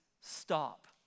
stop